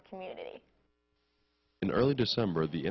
the community in early december the